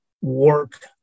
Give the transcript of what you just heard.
work